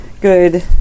good